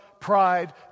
pride